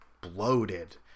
Bloated